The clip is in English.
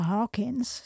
Hawkins